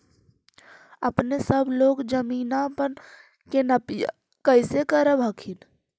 अपने सब लोग जमीनमा के नपीया कैसे करब हखिन?